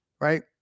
Right